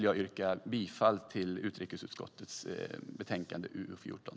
Jag yrkar bifall till utrikesutskottets förslag i betänkande UU14.